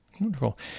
Wonderful